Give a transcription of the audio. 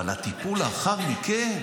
אבל הטיפול לאחר מכן